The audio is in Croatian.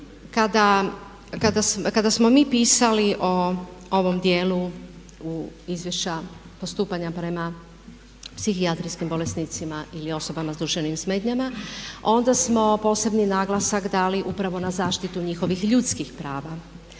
kada smo mi pisali o ovom dijelu izvješća postupanja prema psihijatrijskim bolesnicima ili osobama sa duševnim smetnjama onda smo posebni naglasak dali upravo na zaštitu njihovih ljudskih prava